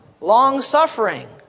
Long-suffering